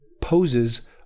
poses